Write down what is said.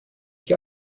ich